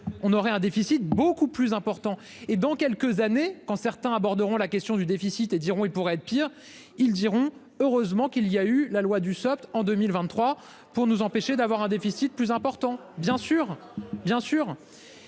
on aurait un déficit beaucoup plus important et dans quelques années quand certains aborderont la question du déficit et diront, il pourrait être pire ils diront, heureusement qu'il y a eu la loi du soft en 2023 pour nous empêcher d'avoir un déficit plus important bien sûr, bien sûr